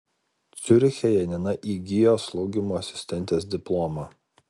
ciuriche janina įgijo slaugymo asistentės diplomą